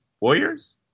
Warriors